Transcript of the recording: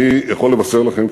אני יכול לבשר לכם,